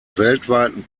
weltweiten